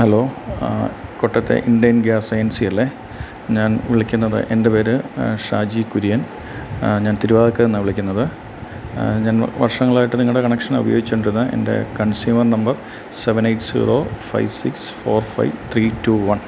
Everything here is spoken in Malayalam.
ഹലോ കോട്ടയത്തെ ഇണ്ടെൻ ഗ്യാസ് ഏൻസി അല്ലേ ഞാൻ വിളിക്കുന്നത് എൻ്റെ പേര് ഷാജി കുര്യൻ ഞാൻ തിരുവാതുക്കൽന്നാണ് വിളിക്കുന്നത് ഞാൻ വർഷങ്ങളായിട്ട് നിങ്ങളുടെ കണക്ഷനാണ് ഉപയോഗിച്ചോണ്ടിരുന്നത് എൻ്റെ consumer number seven eight zero five six four five three two one